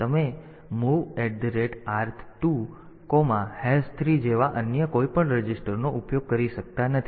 તેથી તમે mov r23 જેવા અન્ય કોઈપણ રજિસ્ટરનો ઉપયોગ કરી શકતા નથી